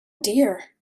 dear